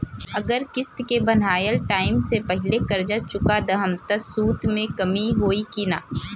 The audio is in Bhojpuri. अगर किश्त के बनहाएल टाइम से पहिले कर्जा चुका दहम त सूद मे कमी होई की ना?